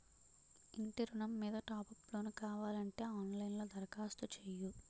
ఇంటి ఋణం మీద టాప్ అప్ లోను కావాలంటే ఆన్ లైన్ లో దరఖాస్తు చెయ్యు